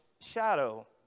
shadow